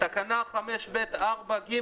תקנה 5(ב)(4)(ג)